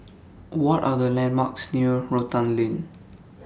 What Are The landmarks near Rotan Lane